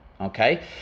Okay